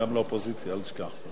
גם לאופוזיציה, אל תשכח.